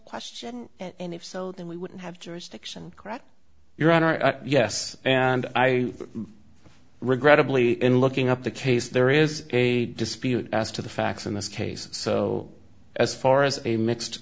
question and if so then we wouldn't have jurisdiction correct your honor yes and i regrettably in looking up the case there is a dispute as to the facts in this case so as far as a mixed